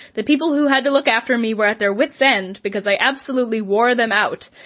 the people who had to look after me were at their wit's end because i absolutely wore them out,